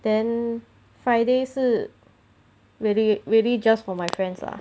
then friday 是 really really just for my friends lah